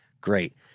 great